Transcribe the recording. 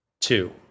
two